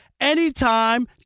Anytime